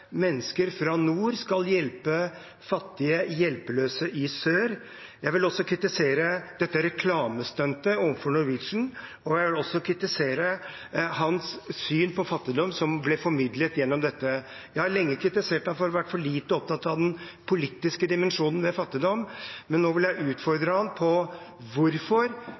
mennesker fra nord skal hjelpe fattige hjelpeløse i sør. Jeg vil også kritisere dette reklamestuntet overfor Norwegian. Og jeg vil også kritisere hans syn på fattigdom som ble formidlet gjennom dette. Jeg har lenge kritisert statsråden for å være for lite opptatt av den politiske dimensjonen ved fattigdom, men nå vil jeg utfordre ham: Hvorfor ville han samarbeide med Bjørn Kjos på